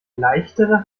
leichtere